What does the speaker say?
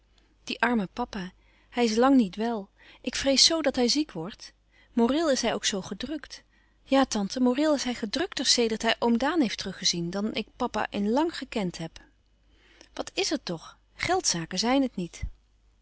die arme papa hij is lang niet wel ik vrees zoo dat hij ziek wordt moreel is hij ook zoo gedrukt ja tante moreel is hij gedrukter sedert hij oom daan heeft teruggezien dan ik papa in lang gekend heb wat is er toch geldzaken zijn het niet